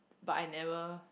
but I never